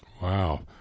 Wow